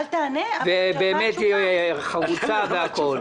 באמת היא חרוצה והכול.